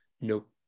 Nope